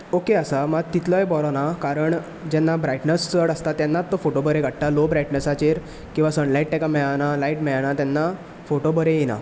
okay आसा मात तितलोय बरो ना कारण जेन्ना ब्रायटनस चड आसता तेन्ना तो फोटो बरे काडटा लो ब्रायटनसाचेर किवा सनलाइट ताका मेळना लाइट मेळना तेन्ना फोटो बरे येना